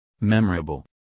Memorable